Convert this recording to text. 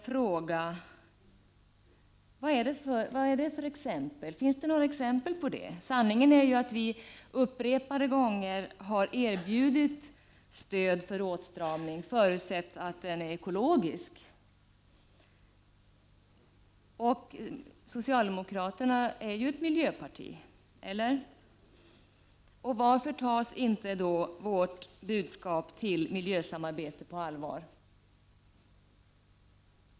Då vill jag fråga: Vad finns det för exempel på det? Sanningen är ju att vi upprepade gånger har erbjudit stöd för åtstramning, förutsatt att en sådan har ekologiska syften. Socialdemokraterna är ju ett miljöparti, eller? Varför tas inte vårt budskap till miljösamarbete på allvar?